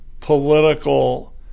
political